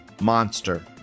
Monster